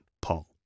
Paul